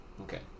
Okay